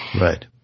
Right